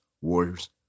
warriors